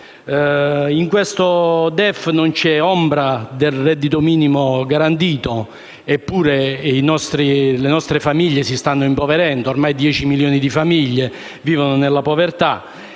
In questo DEF non c'è ombra del reddito minimo garantito, eppure le nostre famiglie si stanno impoverendo: ormai 10 milioni di famiglie vivono nella povertà.